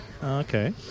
Okay